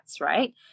right